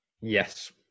yes